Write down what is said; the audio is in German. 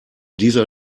dieser